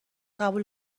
قبول